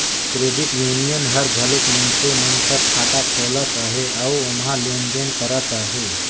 credit union हर घलो मइनसे मन कर खाता खोलत अहे अउ ओम्हां लेन देन करत अहे